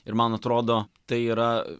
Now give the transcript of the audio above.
ir man atrodo tai yra